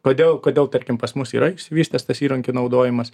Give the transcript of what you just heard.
kodėl kodėl tarkim pas mus yra išsivystęs tas įrankių naudojimas